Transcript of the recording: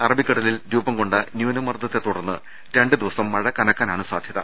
അറബിക്കടലിൽ രൂപം കൊണ്ട ന്യൂനമർദ്ദത്തെ തുടർന്ന് രണ്ട് ദിവസം മഴ കനക്കാനാണ് സാന്യത